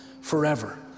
forever